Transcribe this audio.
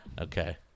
Okay